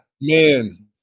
man